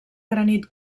granit